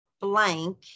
blank